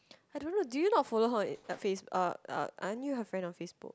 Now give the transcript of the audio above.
I don't know do you not follow her on uh uh aren't you her friend on Facebook